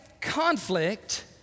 conflict